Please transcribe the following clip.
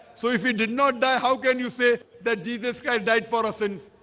so if we did not die, how can you say that jesus kind of died for our sins?